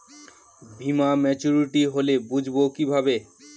বীমা মাচুরিটি হলে বুঝবো কিভাবে?